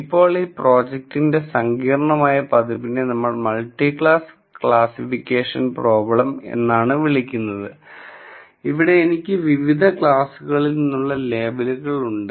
ഇപ്പോൾ ഈ പ്രോബ്ലത്തിന്റെ സങ്കീർണ്ണമായ പതിപ്പിനെ നമ്മൾ മൾട്ടിക്ലാസ് ക്ലാസിഫിക്കേഷൻ പ്രോബ്ലം എന്നാണ് വിളിക്കുന്നത് ഇവിടെ എനിക്ക് വിവിധ ക്ലാസുകളിൽ നിന്നുള്ള ലേബലുകൾ ഉണ്ട്